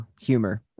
humor